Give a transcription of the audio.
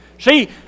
See